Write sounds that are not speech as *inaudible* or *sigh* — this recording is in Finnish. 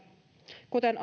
kuten *unintelligible*